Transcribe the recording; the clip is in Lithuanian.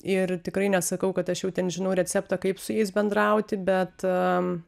ir tikrai nesakau kad aš jau ten žinau receptą kaip su jais bendrauti bet tam